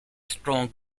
strong